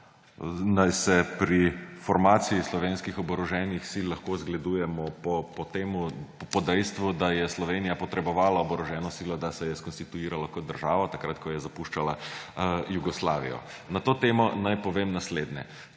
naj se pri formaciji slovenskih oboroženih sil lahko zgledujemo po dejstvu, da je Slovenija potrebovala oboroženo silo, da se je skonstituirala kot država takrat, ko je zapuščala Jugoslavijo. Na to temo naj povem naslednje: